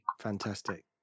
Fantastic